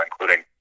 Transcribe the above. including